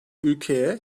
ülkeye